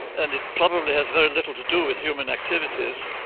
and it probably has very little to do with human activities.